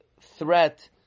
threat